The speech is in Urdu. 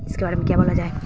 اس کے بارے میں کیا بولا جائے